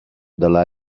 dalla